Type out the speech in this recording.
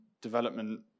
development